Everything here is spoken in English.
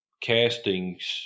castings